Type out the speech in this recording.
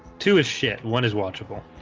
two is shit one is watchable